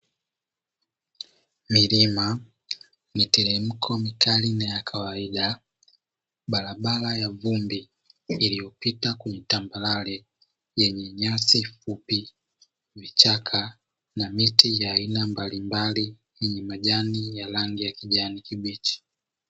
Milima miteremko mikali na ya kawaida, barabara ya vumbi iliyopita kwenye tambarare yenye nyasi fupi, vichaka na miti ya aina mbalimbali yenye majani ya rangi ya kijani kibichi.